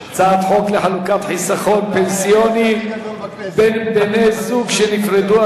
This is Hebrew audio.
הצעת חוק לחלוקת חיסכון פנסיוני בין בני-זוג שנפרדו,